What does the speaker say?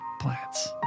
Plants